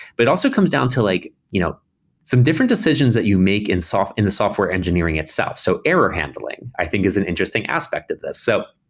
but it also comes down to like you know some different decisions that you make in sort of in the software engineering itself. so error handling i think is an interesting aspect of this. so